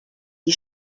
die